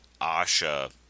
Asha